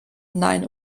nein